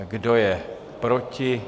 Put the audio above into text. Kdo je proti?